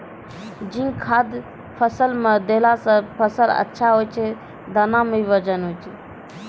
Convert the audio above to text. zinc खाद फ़सल मे देला से फ़सल अच्छा होय छै दाना मे वजन ब